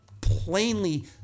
plainly